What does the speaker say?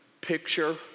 picture